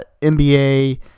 NBA